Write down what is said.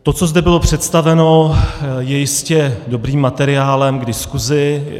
To, co zde bylo představeno, je jistě dobrým materiálem k diskusi.